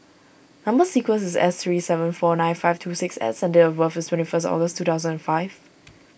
Number Sequence is S three seven four nine five two six S and date of birth is twenty first August two thousand and five